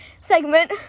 segment